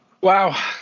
wow